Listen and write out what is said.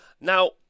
Now